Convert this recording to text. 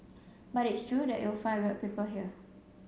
but it's true that you'll find weird people here